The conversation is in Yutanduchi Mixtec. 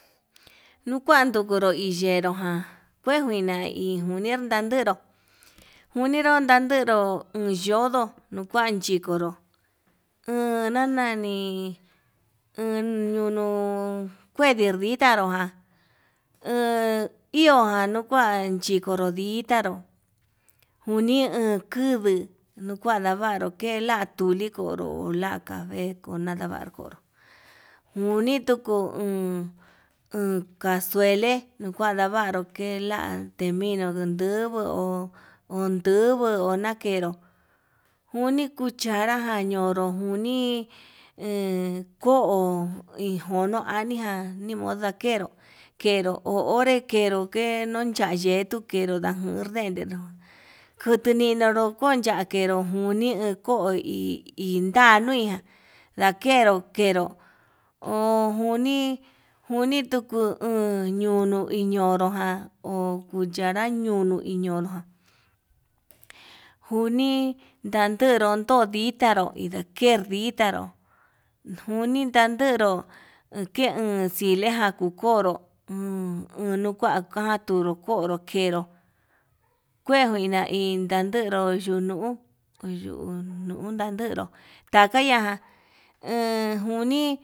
Nukuandukuru iyenru ján kue njuina uuni yandero, unido ndatenru uun yodo nuu kaun chikuro uun nanani an ñono kue de ditanró ja he ihojan nuu kua, anchikanro nditaro uni uun kuduu lo kua lavanru kela tuli konró la cafe kunanavaru kondo uni tukuu uun o'on casuele kevalavanru kenla tendiguo no ndujuu ho onduju ho lakenró, uni cuchanra unajugo uni cuchara nii he ko'o ijono aniga moda kenró, kneró ho onré knero nuu tanyetu kenró dajun ndentendo kutino jondachenru kunii jo hí inanduiján ndakenro kenro uun njoni, njuni tukuu o'on indiño inñonró ho jan cuchanra niño iin ñonró njuni ndakenro nuu nditanró ker ditanro njuni ndakenró unke xileján kukonró uun unu kua kaja unokonró kenró kue njuina indandu, indandero yunuu yunuu ndandero taka ya'a uun njuni.